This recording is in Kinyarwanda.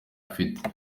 afite